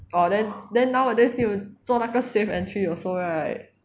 orh then then nowadays still 做那个 safe entry also right